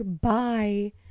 bye